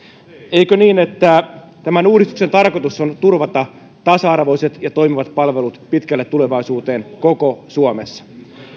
eikö niin että tämän uudistuksen tarkoitus on turvata tasa arvoiset ja toimivat palvelut pitkälle tulevaisuuteen koko suomessa